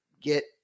get